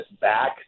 back